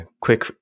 quick